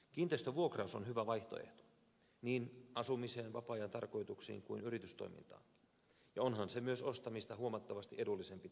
kiinteistön vuokraus on hyvä vaihtoehto niin asumiseen vapaa ajan tarkoituksiin kuin yritystoimintaankin ja onhan se myös ostamista huomattavasti edullisempi tapa